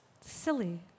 silly